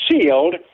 sealed